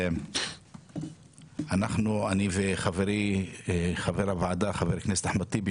אני וחברי חבר הכנסת אחמד טיבי